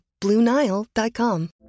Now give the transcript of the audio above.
BlueNile.com